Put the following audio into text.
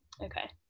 Okay